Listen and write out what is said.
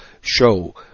show